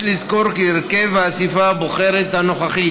יש לזכור כי הרכב האספה הבוחרת הנוכחי